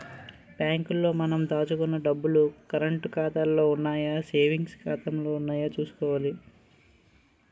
bank లో మనం దాచుకున్న డబ్బులు కరంటు ఖాతాలో ఉన్నాయో సేవింగ్స్ ఖాతాలో ఉన్నాయో చూసుకోవాలి